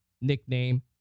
nickname